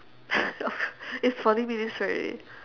it's forty minutes right